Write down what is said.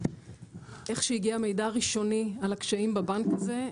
-- איך שהגיע המידע הראשוני על הקשיים בבנק הזה,